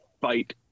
fight